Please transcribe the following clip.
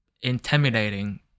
intimidating